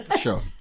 Sure